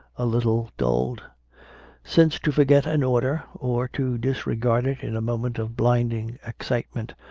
a little dulled since to forget an order, or to disregard it in a moment of blinding excitement,